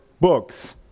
books